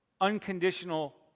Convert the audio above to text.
unconditional